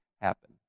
happen